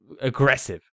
aggressive